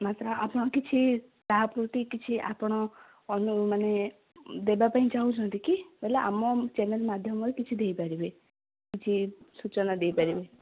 ମାତ୍ର ଆପଣ କିଛି ତା ପ୍ରତି କିଛି ଆପଣ ଅନୁ ମାନେ ଦେବାପାଇଁ ଚାହୁଁଛନ୍ତି କି ହେଲେ ଆମ ଚ୍ୟାନେଲ୍ ମାଧ୍ୟମରେ କିଛି ଦେଇପାରିବେ କିଛି ସୂଚନା ଦେଇପାରିବେ